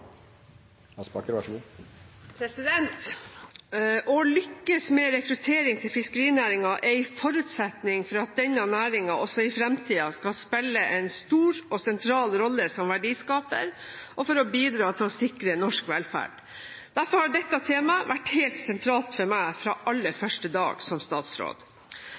refererte til. Å lykkes med rekruttering til fiskerinæringen er en forutsetning for at denne næringen også i fremtiden skal spille en stor og sentral rolle som verdiskaper, og for å bidra til å sikre norsk velferd. Derfor har dette temaet vært helt sentralt for meg fra aller første dag som statsråd.